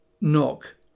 Knock